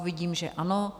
Vidím, že ano.